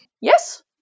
Yes